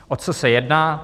O co se jedná.